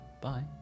bye